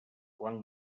quan